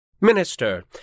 Minister